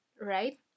right